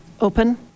open